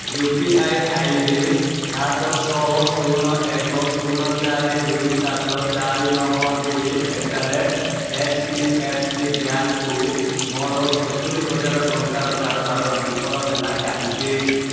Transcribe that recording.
you P I I D ସାତ ଛଅ ଶୂନ ଏକ ଶୂନ ଚାରି ଦୁଇ ସାତ ଚାରି ନଅ ଦୁଇ at the rate H D F C ବ୍ୟାଙ୍କକୁ ମୋର ସତୁରି ହଜାର ଟଙ୍କାର କାରବାର ବିଫଳ ହେଲା କାହିଁକି